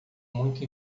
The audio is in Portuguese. muito